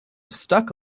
stuck